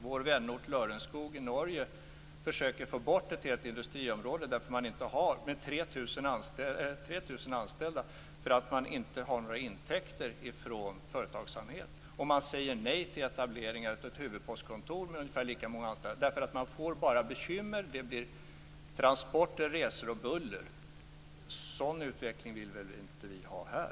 Vår vänort Lörenskog i Norge försöker få bort ett helt industriområde med 3 000 anställda därför att man inte har några intäkter från företagsamhet. Man säger nej till etablering av ett huvudpostkontor med ungefär lika många anställda därför att man bara får bekymmer. Det blir transporter, resor och buller. En sådan utveckling vill vi väl inte ha här?